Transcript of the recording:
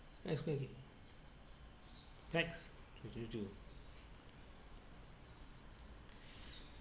next